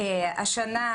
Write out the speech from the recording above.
השנה,